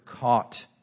caught